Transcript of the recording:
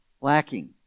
lacking